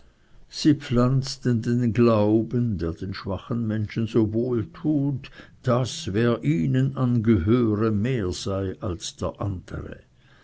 sie pflanzten den glauben der den schwachen menschen so wohl tut daß wer ihnen angehöre mehr sei als der andere